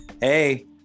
Hey